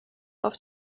auf